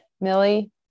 millie